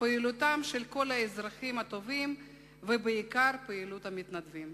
על פעילותם של כל האזרחים הטובים ובעיקר פעילות המתנדבים.